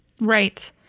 Right